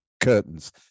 curtains